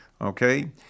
Okay